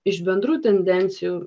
iš bendrų tendencijų